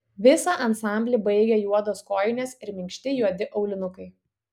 visą ansamblį baigė juodos kojinės ir minkšti juodi aulinukai